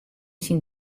syn